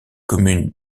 communes